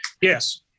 Yes